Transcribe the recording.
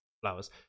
flowers